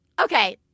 Okay